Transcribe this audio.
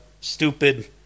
stupid